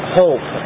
hope